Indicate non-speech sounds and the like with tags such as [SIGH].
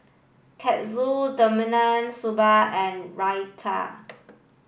Katsu [UNINTELLIGIBLE] Sambar and Raita